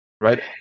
Right